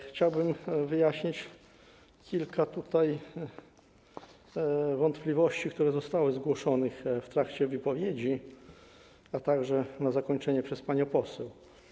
Chciałbym wyjaśnić kilka wątpliwości, które zostały zgłoszone w trakcie wypowiedzi, a także na zakończenie, przez panią poseł.